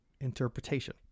interpretation